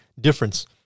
difference